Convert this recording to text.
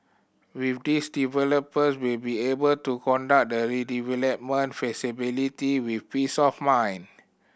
with this developer will be able to conduct the redevelopment feasibility with peace of mind